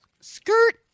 Skirt